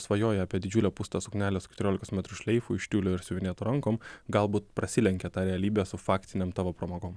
svajoji apie didžiulę pūstą suknelę su keturiolikos metrų šleifu iš tiulio ir siuvinėtu rankom galbūt prasilenkia ta realybė su faktinėm tavo pramogom